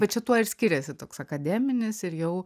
bet šituo ir skiriasi toks akademinis ir jau